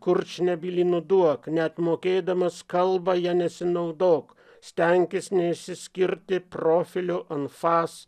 kurčnebylį nuduok net mokėdamas kalbą ja nesinaudok stenkis neišsiskirti profiliu anfas